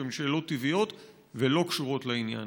שהן שאלות טבעיות ולא קשורות לעניין.